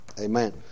Amen